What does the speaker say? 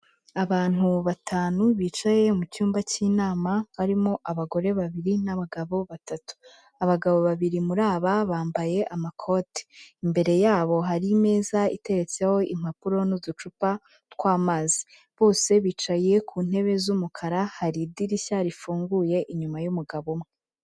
Abantu batanu bicaye mu cyumba k'inama harimo abagore babiri n'abagabo batatu. Abagabo babiri muri aba bambaye amakoti. Imbere yabo hari imeza iteretseho impapuro n'uducupa tw'amazi. Bose bicaye ku ntebe z'umukara, hari idirishya rifunguye inyuma y'umugabo umwe.